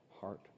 heart